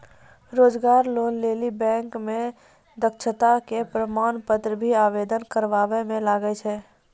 रोजगार लोन लेली बैंक मे दक्षता के प्रमाण पत्र भी आवेदन करबाबै मे लागै छै?